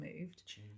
moved